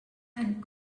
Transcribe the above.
and